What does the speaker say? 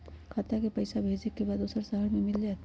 खाता के पईसा भेजेए के बा दुसर शहर में मिल जाए त?